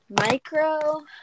micro